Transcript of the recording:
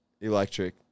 electric